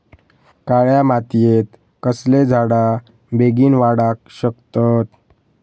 काळ्या मातयेत कसले झाडा बेगीन वाडाक शकतत?